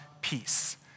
peace